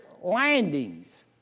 landings